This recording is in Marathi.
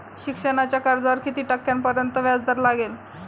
शिक्षणाच्या कर्जावर किती टक्क्यांपर्यंत व्याजदर लागेल?